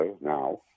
now